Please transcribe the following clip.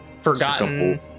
forgotten